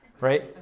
right